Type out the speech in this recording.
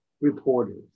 reporters